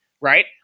right